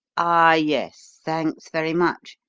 ah, yes. thanks very much.